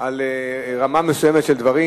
על רמה מסוימת של דברים,